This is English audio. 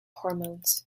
hormones